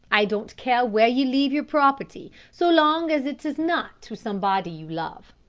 i don't care where you leave your property, so long as it is not to somebody you love.